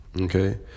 okay